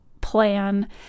plan